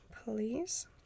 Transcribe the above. Please